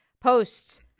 posts